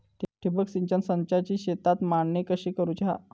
ठिबक सिंचन संचाची शेतात मांडणी कशी करुची हा?